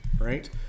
right